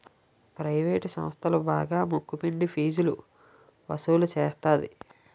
private సంస్థలు బాగా ముక్కు పిండి ఫీజు వసులు సేత్తది